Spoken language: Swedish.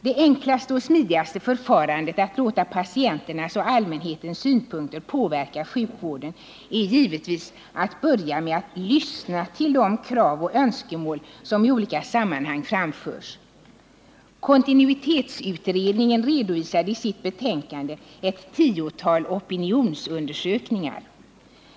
Det enklaste och smidigaste förfarandet när det gäller att låta patienternas och allmänhetens synpunkter påverka sjukvården är givetvis att börja med att lyssna till de krav och önskemål som i olika sammanhang framförs. Kontinuitetsutredningen redovisade i sitt betänkande ett tiotal opinionsundersökningar.